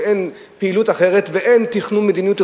שאין פעילות אחרת ואין תכנון מדיניות,